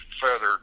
further